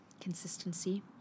Consistency